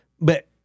but-